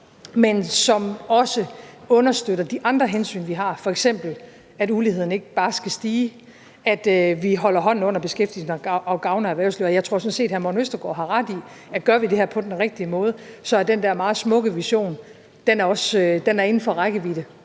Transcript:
men som også understøtter de andre hensyn, vi har, f.eks. at uligheden ikke bare skal stige, at vi holder hånden under beskæftigelsen, og at vi gavner erhvervslivet. Og jeg tror sådan set, hr. Morten Østergaard har ret i, at gør vi det her på den rigtige måde, er den der meget smukke vision også inden for rækkevidde,